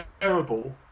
terrible